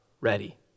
ready